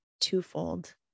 twofold